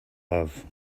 love